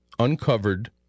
uncovered